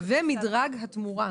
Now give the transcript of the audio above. ומדרג התמיכה.